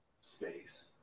space